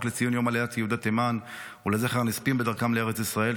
לציון יום עליית יהודי תימן ולזכר הנספים בדרכם לארץ ישראל,